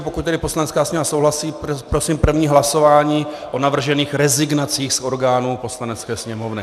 Pokud tedy Poslanecká sněmovny souhlasí, prosím první hlasování o navržených rezignacích z orgánů Poslanecké sněmovny.